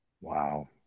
Wow